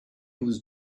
was